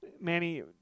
Manny